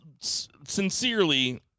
sincerely